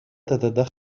تتدخل